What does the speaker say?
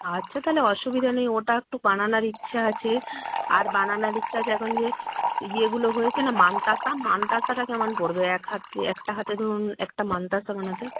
আচ্ছা তাহলে অসুবিধা নেই ওটা একটু বানানার ইচ্ছা আছে আর বানানার ইচ্ছা আছে এখন যে ইয়েগুলো হয়েছে না মানতাশা মানতাশাটা কেমন পড়বে এক হাতে একটা হাতে ধরুন একটা মানতাশা বানাতে